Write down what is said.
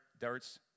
darts